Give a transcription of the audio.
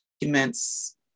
documents